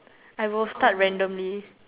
I will start randomly